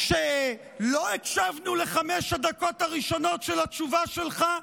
שלא הקשבנו לחמש הדקות הראשונות של התשובה שלך?